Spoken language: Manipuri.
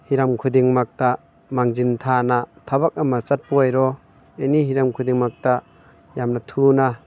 ꯍꯤꯔꯝ ꯈꯨꯗꯤꯡꯃꯛꯇ ꯃꯥꯡꯖꯤꯟ ꯊꯥꯅ ꯊꯕꯛ ꯑꯃ ꯆꯠꯄ ꯑꯣꯏꯔꯣ ꯑꯦꯅꯤ ꯍꯤꯔꯝ ꯈꯨꯗꯤꯡꯃꯛꯇ ꯌꯥꯝꯅ ꯊꯨꯅ